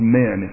men